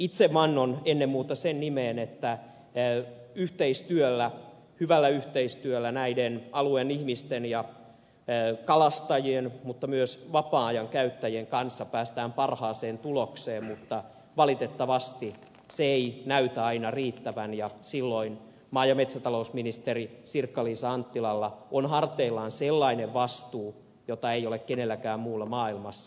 itse vannon ennen muuta sen nimeen että hyvällä yhteistyöllä näiden alueen ihmisten ja kalastajien mutta myös vapaa ajankäyttäjien kanssa päästään parhaaseen tulokseen mutta valitettavasti se ei näytä aina riittävän ja silloin maa ja metsätalousministeri sirkka liisa anttilalla on harteillaan sellainen vastuu jota ei ole kenelläkään muulla maailmassa